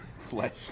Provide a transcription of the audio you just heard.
Flesh